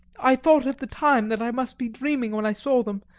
i thought at the time that i must be dreaming when i saw them,